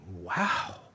wow